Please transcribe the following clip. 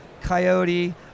coyote